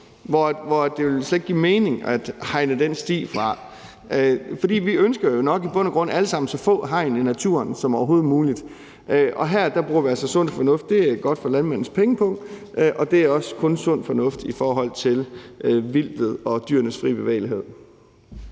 hvor det jo slet ikke ville give mening at hegne den sti fra. For vi ønsker jo nok i bund og grund alle sammen så få hegn i naturen som overhovedet muligt, og her bruger vi altså sund fornuft. Det er godt for landmændenes pengepung, og det er også kun sund fornuft i forhold til vildtet og dyrenes frie bevægelighed.